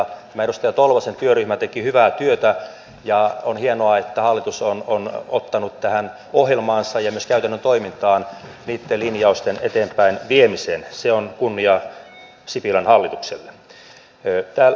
tämä edustaja tolvasen työryhmä teki hyvää työtä ja on hienoa että hallitus on ottanut tähän ohjelmaansa ja myös käytännön toimintaan niitten linjausten eteenpäinviemisen se on kunnia sipilän hallitukselle